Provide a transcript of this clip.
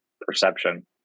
perception